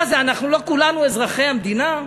מה זה, אנחנו לא כולנו אזרחי המדינה?